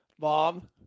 Mom